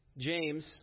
James